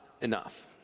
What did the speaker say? enough